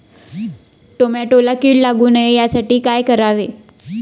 टोमॅटोला कीड लागू नये यासाठी काय करावे?